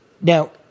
Now